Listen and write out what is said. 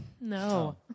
No